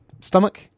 stomach